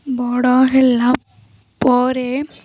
ବଡ଼ ହେଲା ପରେ